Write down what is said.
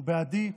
הוא בעדי,